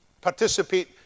participate